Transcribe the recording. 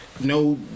no